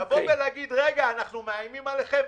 להגיד: רק אנחנו מאיימים עליכם?